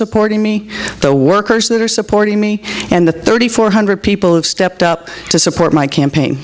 supporting me the workers that are supporting me and the thirty four hundred people have stepped up to support my campaign